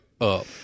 up